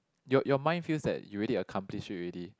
your your mind feels that you already accomplished already